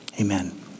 amen